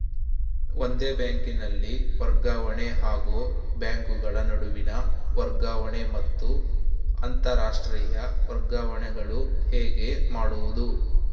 ಒಂದೇ ಬ್ಯಾಂಕಿನಲ್ಲಿ ವರ್ಗಾವಣೆ ಹಾಗೂ ಬ್ಯಾಂಕುಗಳ ನಡುವಿನ ವರ್ಗಾವಣೆ ಮತ್ತು ಅಂತರಾಷ್ಟೇಯ ವರ್ಗಾವಣೆಗಳು ಹೇಗೆ ಮಾಡುವುದು?